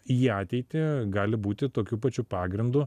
į ateitį gali būti tokiu pačiu pagrindu